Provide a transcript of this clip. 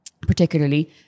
particularly